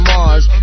Mars